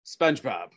spongebob